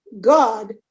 God